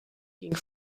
ging